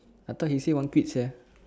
I thought he say want quit sia